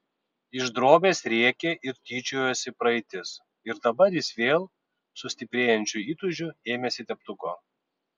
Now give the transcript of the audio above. iš drobės rėkė ir tyčiojosi praeitis ir dabar jis vėl su stiprėjančiu įtūžiu ėmėsi teptuko